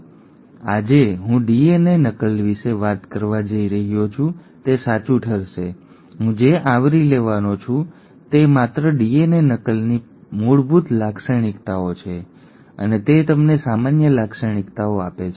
હવે આજે હું ડીએનએ નકલ વિશે જે વાત કરવા જઈ રહ્યો છું તે સાચું ઠરશે હું જે આવરી લેવાનો છું તે માત્ર ડીએનએ નકલની મૂળભૂત લાક્ષણિકતાઓ છે અને તે તમને સામાન્ય લાક્ષણિકતાઓ આપે છે